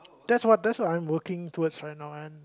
that's what that's what I'm working towards right now and